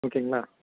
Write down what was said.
ஓகேங்களா